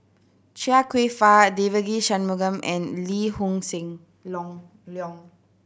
Chia Kwek Fah Devagi Sanmugam and Lee Hoon Long Leong